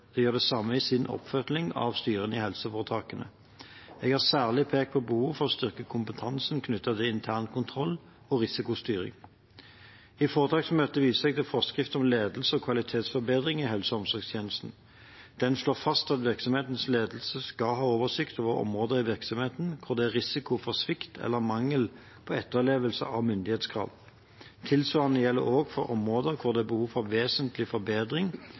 det samme i sin oppfølging av styrene i helseforetakene. Jeg har særlig pekt på behovet for å styrke kompetansen knyttet til internkontroll og risikostyring. I foretaksmøtet viste jeg til forskrift om ledelse og kvalitetsforbedring i helse- og omsorgstjenesten. Den slår fast at virksomhetens ledelse skal ha oversikt over områder i virksomheten der det er risiko for svikt eller mangel på etterlevelse av myndighetskrav. Tilsvarende gjelder også for områder der det er behov for vesentlig forbedring